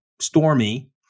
Stormy